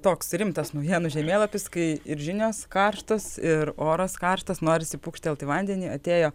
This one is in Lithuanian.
toks rimtas naujienų žemėlapis kai ir žinios karštos ir oras karštas norisi pūkštelt į vandenį atėjo